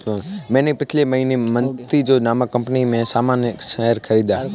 मैंने पिछले महीने मजीतो नामक कंपनी में सामान्य शेयर खरीदा